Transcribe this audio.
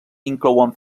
inclouen